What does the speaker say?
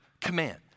command